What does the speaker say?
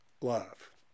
love